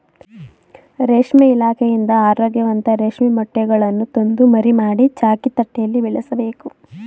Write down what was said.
ರೇಷ್ಮೆ ಇಲಾಖೆಯಿಂದ ಆರೋಗ್ಯವಂತ ರೇಷ್ಮೆ ಮೊಟ್ಟೆಗಳನ್ನು ತಂದು ಮರಿ ಮಾಡಿ, ಚಾಕಿ ತಟ್ಟೆಯಲ್ಲಿ ಬೆಳೆಸಬೇಕು